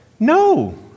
No